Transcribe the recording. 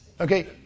okay